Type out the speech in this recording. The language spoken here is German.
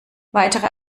weitere